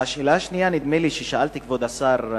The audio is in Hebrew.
השאלה השנייה, נדמה לי ששאלתי, כבוד השר,